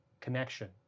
connection